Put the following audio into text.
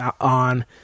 on